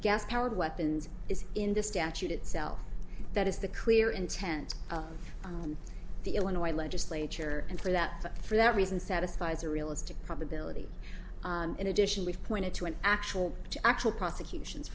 gas powered weapons is in the statute itself that is the clear intent of the illinois legislature and for that for that reason satisfies a realistic probability in addition we've pointed to an actual to actual prosecutions